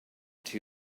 two